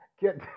get